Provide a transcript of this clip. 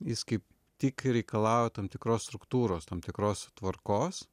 jis kaip tik reikalauja tam tikros struktūros tam tikros tvarkos